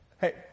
Hey